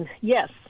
yes